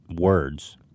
words